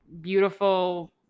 beautiful